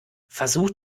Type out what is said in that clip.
versucht